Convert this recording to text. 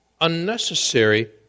unnecessary